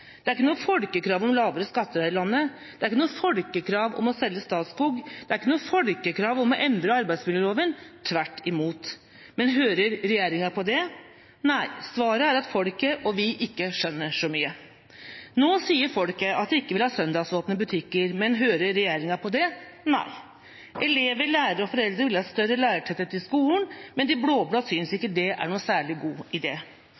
Det er ikke noe folkekrav om lavere skatter her i landet. Det er ikke noe folkekrav om å selge Statskog. Det er ikke noe folkekrav om å endre arbeidsmiljøloven, tvert imot. Men hører regjeringa på det – nei. Svaret er at folket og vi ikke skjønner så mye. Nå sier folket at de ikke vil ha søndagsåpne butikker. Men hører regjeringa på det – nei. Elever, lærere og foreldre vil ha større lærertetthet i skolen. Men de blå-blå synes ikke det er noen særlig god